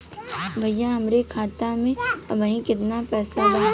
भईया हमरे खाता में अबहीं केतना पैसा बा?